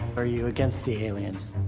are you against the aliens?